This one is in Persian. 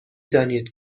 دانید